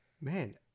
man